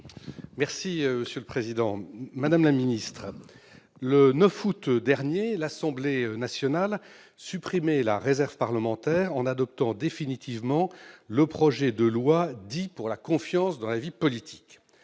ministre de l'intérieur. Madame la ministre, le 9 août dernier, l'Assemblée nationale supprimait la réserve parlementaire en adoptant définitivement le projet de loi organique pour la confiance dans la vie politique.